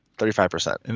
thirty five percent, and